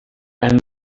and